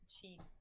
cheap